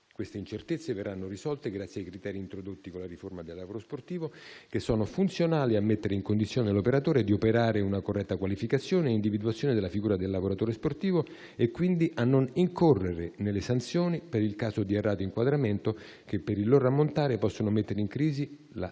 Queste incertezze verranno risolte grazie ai criteri introdotti con la riforma del lavoro sportivo, che sono funzionali a mettere l'operatore in condizione di operare una corretta qualificazione e individuazione della figura del lavoratore sportivo e quindi a non incorrere nelle sanzioni per il caso di errato inquadramento che, per il loro ammontare, possono mettere in crisi la